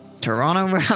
toronto